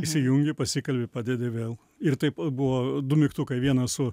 įsijungi pasikalbi padedi vėl ir taip buvo du mygtukai vienas su